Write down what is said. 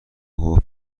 گفت